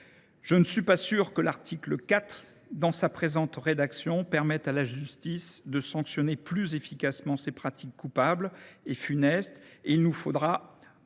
Je ne suis pas sûr que l’article 4, dans sa rédaction actuelle, permette à la justice de sanctionner plus efficacement ces pratiques coupables et funestes, et il nous faudra